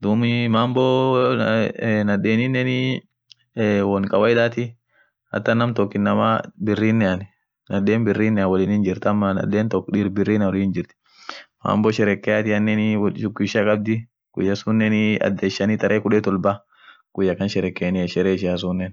dhub mambo nadheninen eee won kawaida thii hataa ñaam toko inamaa birrinen nadheni birirnen wolin jirthi ama nadheni toko dhir birirnen wolinjirthii mambo sherekeathinen siku ishia khabdhii guyya sunen adhes Shani tarehe kudheni tolba guyaa khan sherekeni sheree ishia suun